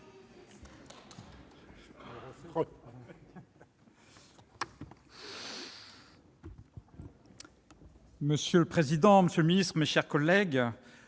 Monsieur le président, monsieur le ministre, mes chers collègues,